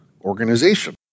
organization